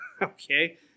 Okay